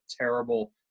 terrible